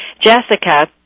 Jessica